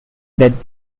that